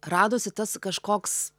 radosi tas kažkoks